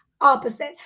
Opposite